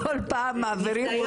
בכל פעם מעבירים אתכם.